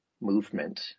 movement